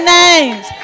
names